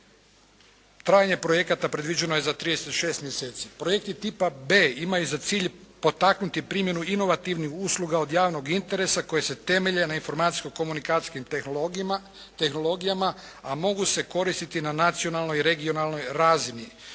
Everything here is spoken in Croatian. Trajanje projekata predviđeno je za 36 mjeseci. Projekti tipa B imaju za cilj potaknuti primjenu inovativnih usluga od javnog interesa koji se temelje na informacijsko-komunikacijskim tehnologijama, a mogu se koristiti na nacionalnoj, regionalnoj razini.